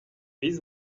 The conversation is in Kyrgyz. биз